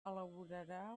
elaborarà